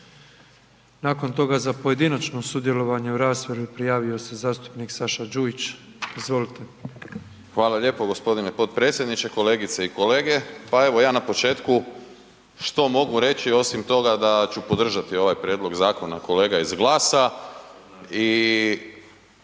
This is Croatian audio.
Nakon toga za pojedinačno sudjelovanje u raspravi prijavio se zastupnik Saša Đujić, izvolite. **Đujić, Saša (SDP)** Hvala lijepo gospodine potpredsjedniče. Kolegice i kolege, pa evo ja na početku što mogu reći osim toga da ću podržati ovaj prijedlog zakona kolega iz GLAS-a i